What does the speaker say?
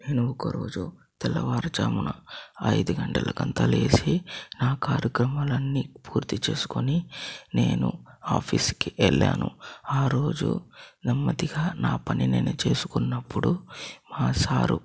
నేను ఒక రోజు తెల్లవారుజామున ఐదు గంటలకు అంతా లేచి నా కార్యక్రమాలన్నీ పూర్తి చేసుకొని నేను ఆఫీస్ కి వెళ్ళాను ఆరోజు నెమ్మదిగా నా పని నేను చేసుకున్నప్పుడు మా సారు